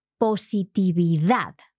positividad